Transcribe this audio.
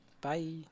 bye